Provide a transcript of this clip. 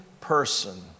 person